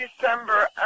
December